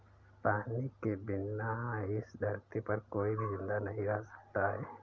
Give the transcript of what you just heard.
पानी के बिना इस धरती पर कोई भी जिंदा नहीं रह सकता है